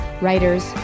writers